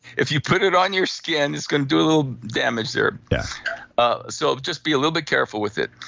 if you put it on your skin, it's going to do a little damage there. yeah ah so, just be a little bit careful with it.